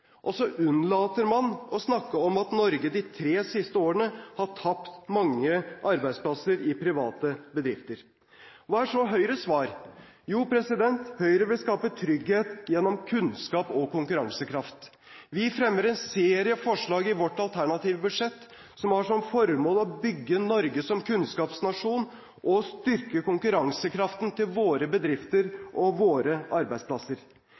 og så unnlater man å snakke om at Norge de tre siste årene har tapt mange arbeidsplasser i private bedrifter. Hva er så Høyres svar? Jo, Høyre vil skape trygghet gjennom kunnskap og konkurransekraft. Vi fremmer en serie forslag i vårt alternative budsjett som har som formål å bygge Norge som kunnskapsnasjon og styrke konkurransekraften til våre